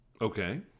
okay